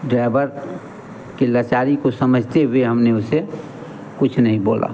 driver की लाचारी को समझते हुए हमने उसे कुछ नहीं बोला